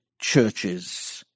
churches